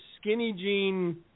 skinny-jean